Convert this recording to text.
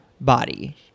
body